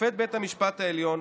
שופט בית המשפט העליון,